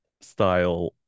style